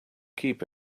keep